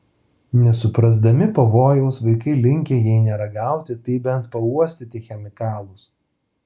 nesuprasdami pavojaus vaikai linkę jei ne ragauti tai bent pauostyti chemikalus